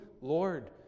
Lord